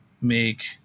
make